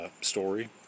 story